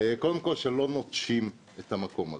קודם כל שלא נוטשים את המקום הזה.